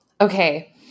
Okay